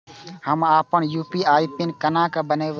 हम अपन UPI PIN केना बनैब?